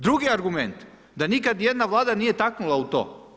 Drugi argument, da nikad ni jedna Vlada nije taknula u to.